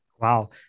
Wow